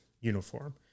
Uniform